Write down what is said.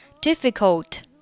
Difficult